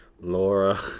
Laura